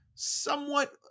somewhat